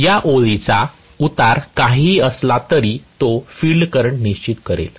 या ओळीचा उतार काहीही असला तरी तो फिल्ड करंट निश्चित करेल